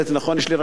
יש לי רק שלוש דקות,